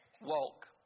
walk